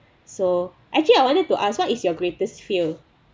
so actually I wanted to ask what is your greatest fear